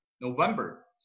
November